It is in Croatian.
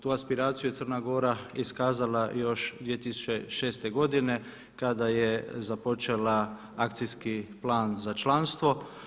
Tu aspiraciju je Crna Gora iskazala još 2006. godine kada je započela akcijski plan za članstvo.